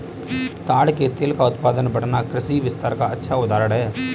ताड़ के तेल का उत्पादन बढ़ना कृषि विस्तार का अच्छा उदाहरण है